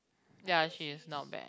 ya she is not bad